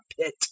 pit